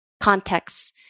Contexts